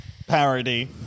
parody